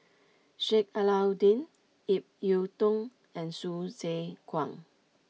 Sheik Alau'ddin Ip Yiu Tung and Hsu Tse Kwang